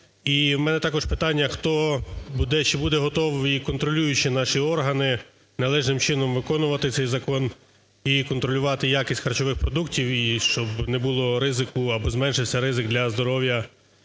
в мене також питання, хто буде, чи будуть готові контролюючі наші органи належним чином виконувати цей закон і контролювати якість харчових продуктів, і щоб не було ризику або зменшився ризик для здоров'я